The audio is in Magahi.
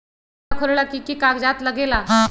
खाता खोलेला कि कि कागज़ात लगेला?